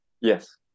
Yes